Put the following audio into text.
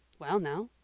well now,